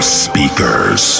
speakers